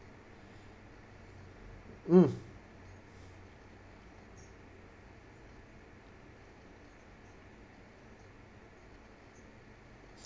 mm